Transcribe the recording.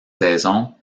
saison